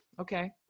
okay